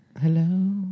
Hello